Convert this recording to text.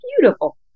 beautiful